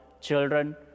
children